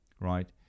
Right